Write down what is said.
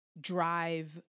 drive